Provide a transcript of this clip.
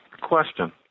question